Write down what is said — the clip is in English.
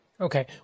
Okay